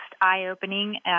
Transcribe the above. eye-opening